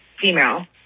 female